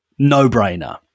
No-brainer